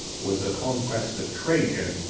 was a conquest of trajan,